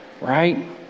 right